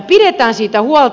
pidetään siitä huolta